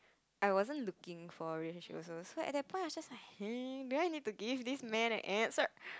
I wasn't looking for a relationship also so at that point I was just like hmm do I need to give this man an answer